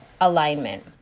alignment